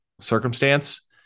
circumstance